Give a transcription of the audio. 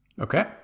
Okay